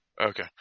Okay